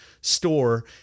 store